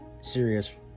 serious